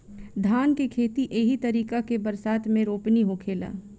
धान के खेती एही तरीका के बरसात मे रोपनी होखेला